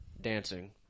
dancing